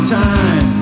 time